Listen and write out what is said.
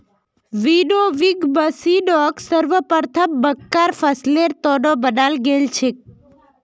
winnowing मशीनक सर्वप्रथम मक्कार फसलेर त न बनाल गेल छेक